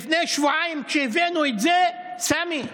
לפני שבועיים, כשהבאנו את זה, סמי,